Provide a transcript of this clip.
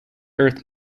earth